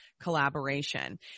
collaboration